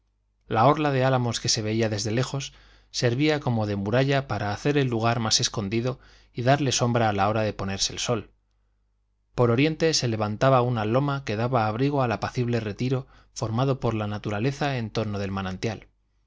la orla de álamos que se veía desde lejos servía como de muralla para hacer el lugar más escondido y darle sombra a la hora de ponerse el sol por oriente se levantaba una loma que daba abrigo al apacible retiro formado por la naturaleza en torno del manantial